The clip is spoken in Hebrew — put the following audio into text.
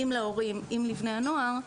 גם להורים וגם לנוער,